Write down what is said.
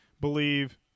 Believe